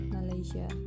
Malaysia